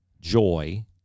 joy